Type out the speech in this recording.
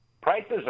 Prices